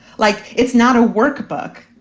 like it's not a work book.